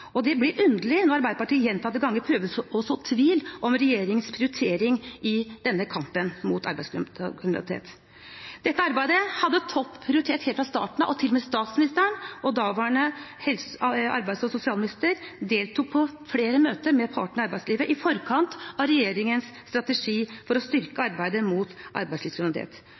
Det blir underlig når Arbeiderpartiet gjentatte ganger prøver å så tvil om regjeringens prioritering i kampen mot arbeidslivskriminalitet. Dette arbeidet hadde topp prioritet helt fra starten av. Til og med statsministeren og daværende arbeids- og sosialminister deltok på flere møter med partene i arbeidslivet i forkant av regjeringens strategi for å styrke arbeidet mot arbeidslivskriminalitet.